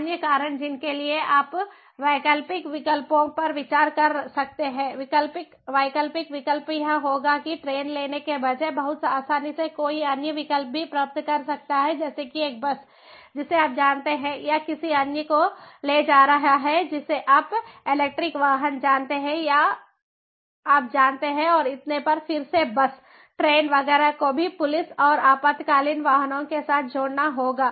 अन्य कारण जिनके लिए आप वैकल्पिक विकल्पों पर विचार कर सकते हैं वैकल्पिक विकल्प यह होगा कि ट्रेन लेने के बजाय बहुत आसानी से कोई अन्य विकल्प भी प्राप्त कर सकता है जैसे कि एक बस जिसे आप जानते हैं या किसी अन्य को ले जा रहे हैं जिसे आप इलेक्ट्रिक वाहन जानते हैं या आप जानते हैं और इतने पर फिर से बस ट्रेन वगैरह को भी पुलिस और आपातकालीन वाहनों के साथ जोड़ना होगा